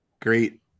great